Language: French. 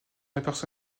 aperçoit